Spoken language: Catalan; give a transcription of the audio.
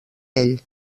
ell